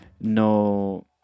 no